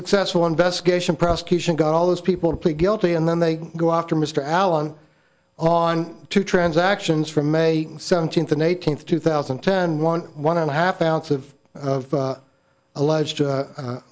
successful investigation prosecution got all those people to plead guilty and then they go after mr allen on two transactions from may seventeenth and eighteenth two thousand and ten one one and a half ounce of alleged